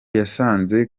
yasanze